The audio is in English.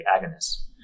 agonists